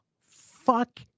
fuck